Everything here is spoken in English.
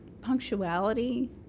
Punctuality